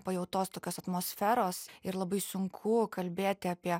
pajautos tokios atmosferos ir labai sunku kalbėti apie